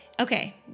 okay